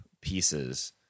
pieces